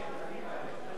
גאלב מג'אדלה,